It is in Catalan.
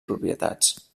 propietats